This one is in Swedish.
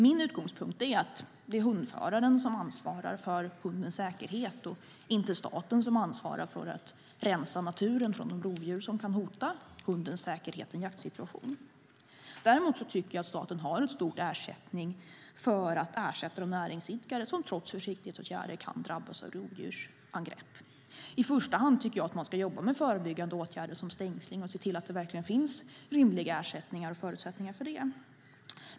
Min utgångspunkt är att det är hundföraren som ansvarar för hundens säkerhet och inte staten som ansvarar för att rensa naturen från de rovdjur som kan hota hundens säkerhet i en jaktsituation. Däremot tycker jag att staten har ett stort ansvar för att ersätta de näringsidkare som trots försiktighetsåtgärder kan drabbas av rovdjursangrepp. I första hand tycker jag att man ska jobba med förebyggande åtgärder som stängsling och se till att det verkligen finns rimliga ersättningar och förutsättningar för det.